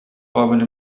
قابل